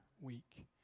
week